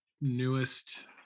newest